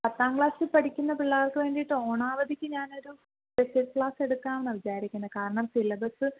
പത്താം ക്ലാസിൽ പഠിക്കുന്ന പിള്ളേര്ക്ക് വേണ്ടിയിട്ട് ഓണം അവധിക്ക് ഞാനൊരു സ്പെഷ്യല് ക്ലാസ് എടുക്കാമെന്നാണ് വിചാരിക്കുന്നത് കാരണം സിലബസ്